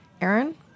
Aaron